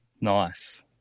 Nice